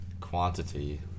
quantity